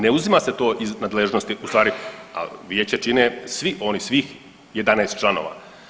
Ne uzima se to iz nadležnosti u stvari, vijeće čine si oni, svih 11 članova.